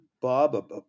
Bob